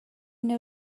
know